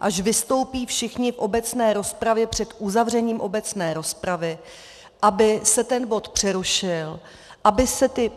Až vystoupí všichni v obecné rozpravě před uzavřením obecné rozpravy, aby se ten bod přerušil, aby se ty